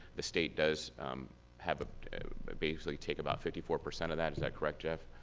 the state does have ah basically take about fifty four percent of that, is that correct, jeff?